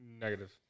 Negative